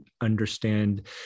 understand